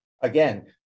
again